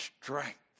strength